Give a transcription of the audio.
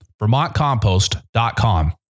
VermontCompost.com